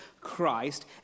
Christ